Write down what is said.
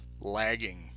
lagging